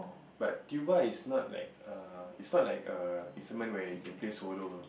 but tuba is not like a is not a instrument where you can play solo